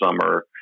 summer